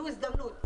זו הזדמנות.